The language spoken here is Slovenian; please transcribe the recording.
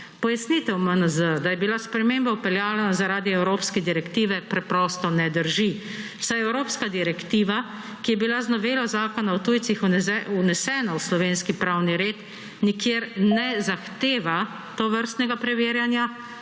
Pojasnitev MNZ, da je bila sprememba vpeljana zaradi evropske direktive, preprosto ne drži, saj evropska direktiva, ki je bila z novelo Zakona o tujcih vnesena v slovenski pravni red, nikjer… / znak za konec razprave/